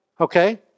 okay